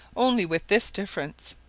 only with this difference,